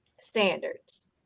standards